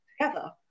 together